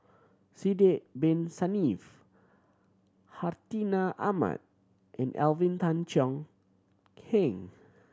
Sidek Bin Saniff Hartinah Ahmad and Alvin Tan Cheong Kheng